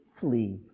flee